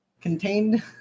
contained